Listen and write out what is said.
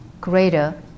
greater